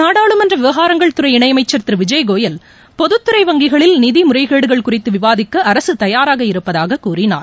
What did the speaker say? நாடாளுமன்ற விவகாரங்கள் துறை இணையமைச்சர் திரு விஜய் கோயல் பொதுத்துறை வங்கிகளில் நிதி முறைகேடுகள் குறித்து விவாதிக்க அரசு தயாராக இருப்பதாக கூறினார்